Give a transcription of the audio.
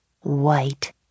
white